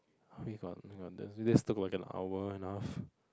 we got we got do this talk for an hour and half